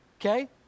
Okay